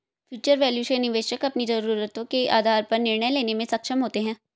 future value से निवेशक अपनी जरूरतों के आधार पर निर्णय लेने में सक्षम होते हैं